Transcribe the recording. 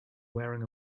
wearing